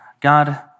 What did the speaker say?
God